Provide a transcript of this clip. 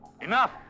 Enough